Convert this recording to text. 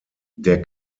der